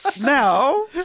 Now